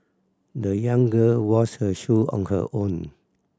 the young girl washed her shoe on her own